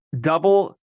double